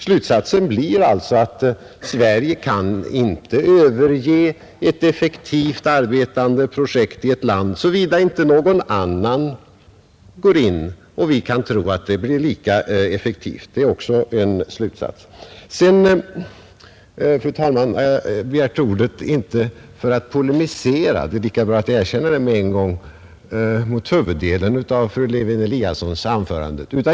Slutsatsen blir att Sverige inte kan överge ett effektivt arbetande projekt i ett land såvida inte någon annan går in och vi kan tro att det blir lika effektivt. Fru talman! Jag har begärt ordet inte för att främst polemisera — det är lika bra att jag erkänner det på en gång — mot huvuddelen av fru Lewén-Eliassons anförande.